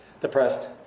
depressed